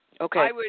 Okay